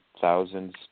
thousands